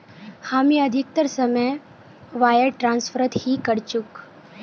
हामी अधिकतर समय वायर ट्रांसफरत ही करचकु